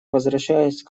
возвращаюсь